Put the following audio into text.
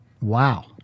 Wow